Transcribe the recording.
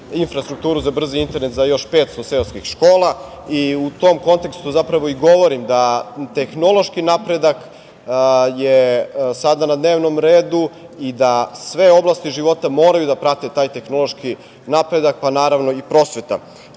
infrastrukturu za brzi internet za još 500 seoskih škola. U tom kontekstu zapravo i govorim da tehnološki napredak je sada na dnevnom redu i da sve oblasti života moraju da prate taj tehnološki napredak, pa naravno i prosveta. Što